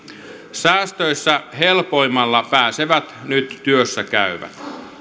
säästöissä helpoimmalla pääsevät nyt työssä käyvät